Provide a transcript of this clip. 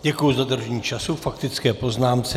Děkuji za dodržení času k faktické poznámce.